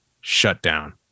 shutdown